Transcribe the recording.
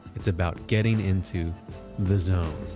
it's about getting into the zone